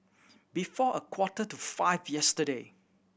before a quarter to five yesterday